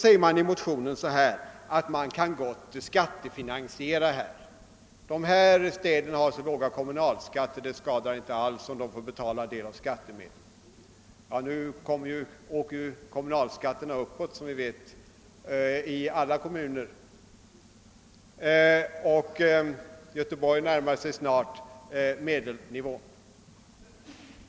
I motionen sägs det att storstäderna gott kan skattefinansiera. Dessa städer har så låg kommunalskatt att det alls inte skadar om de får betala av skattemedel, säger man. Ja, som vi vet kommer kommunalskatterna nu att stiga i nästan alla kommuner, och Göteborg närmar sig snart medelnivån.